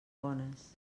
bones